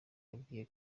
yabwiye